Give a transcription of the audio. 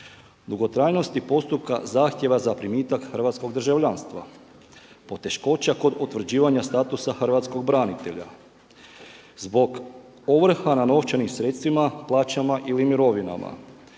dugotrajnosti postupka zahtjeva za primitak hrvatskog državljanstva, poteškoća kod utvrđivanja statusa hrvatskog branitelja, zbog ovrha na novčanim sredstvima, plaćama ili mirovinama,